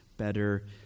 better